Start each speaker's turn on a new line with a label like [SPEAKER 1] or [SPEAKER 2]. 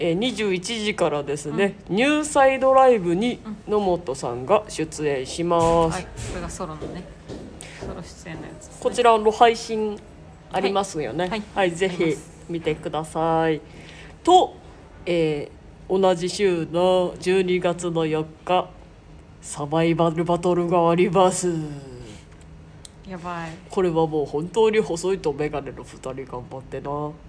[SPEAKER 1] えー、21時からですね、
[SPEAKER 2] うん。
[SPEAKER 1] ニューサイドライブに野本さんが出演します。
[SPEAKER 2] うん。はい。これがソロのね。ソロ出演のやつですね。
[SPEAKER 1] こちらの配信ありますよね。
[SPEAKER 2] はい。はい。
[SPEAKER 1] はい、ぜひ見てください。
[SPEAKER 2] はい。
[SPEAKER 1] と、えー、同じ週の12月の4日、サバイバルバトルがあります。
[SPEAKER 2] やばい。
[SPEAKER 1] これはもう本当に細いとメガネの二人頑張ってな。